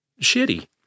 shitty